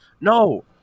No